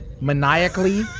maniacally